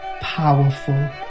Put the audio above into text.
powerful